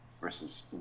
versus